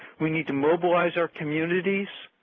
we need to mobilize our communities,